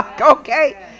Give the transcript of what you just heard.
Okay